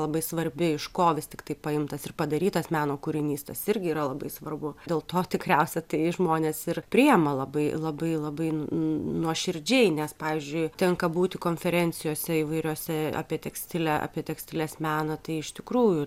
labai svarbi iš ko vis tiktai paimtas ir padarytas meno kūrinys tas irgi yra labai svarbu dėl to tikriausia tai žmonės ir priima labai labai labai nuoširdžiai nes pavyzdžiui tenka būti konferencijose įvairiose apie tekstilę apie tekstilės meną tai iš tikrųjų